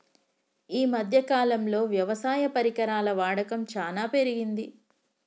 ఈ మధ్య కాలం లో వ్యవసాయ పరికరాల వాడకం చానా పెరిగింది